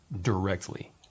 directly